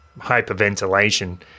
hyperventilation